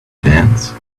dance